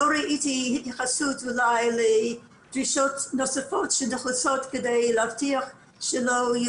לא ראיתי התייחסות לדרישות נוספות שנחוצות כדי להבטיח שלא תהיה